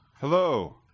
Hello